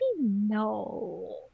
No